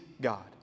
God